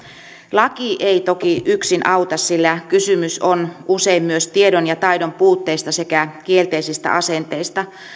laki ei toki yksin auta sillä kysymys on usein myös tiedon ja taidon puutteesta sekä kielteisistä asenteista